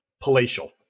palatial